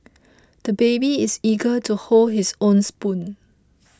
the baby is eager to hold his own spoon